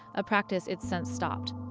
a practice it's since stopped.